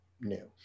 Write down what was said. new